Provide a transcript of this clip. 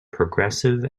progressive